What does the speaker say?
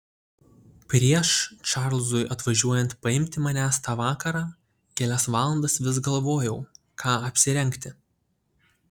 prieš čarlzui atvažiuojant paimti manęs tą vakarą kelias valandas vis galvojau ką apsirengti